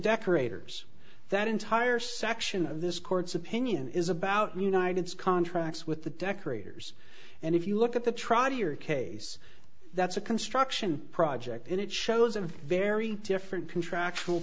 decorators that entire section of this court's opinion is about united's contracts with the decorators and if you look at the trottier case that's a construction project and it shows a very different contractual